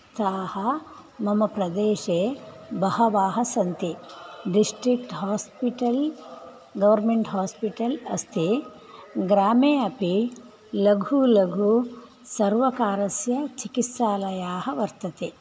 ताः मम प्रदेशे बहवः सन्ति डिस्टिक्ट् हास्पिटल् गौर्मेण्ट् हास्पिटल् अस्ति ग्रामे अपि लघु लघु सर्वकारस्य चिकित्सालयाः वर्तते